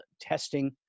testing